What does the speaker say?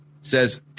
Says